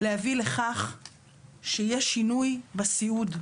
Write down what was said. להביא לכך שיהיה שינוי בסיעוד,